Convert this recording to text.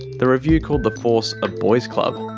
the review called the force a boys club.